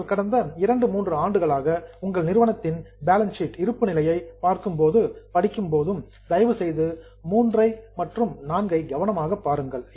நீங்கள் கடந்த 2 3 ஆண்டுகளாக உங்கள் நிறுவனத்தின் பேலன்ஸ் ஷீட் இருப்பு நிலையை பார்க்கும் போது படிக்கும் போது தயவுசெய்து 3ஐ மற்றும் 4ஐ கவனமாக படித்துப் பாருங்கள்